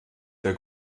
der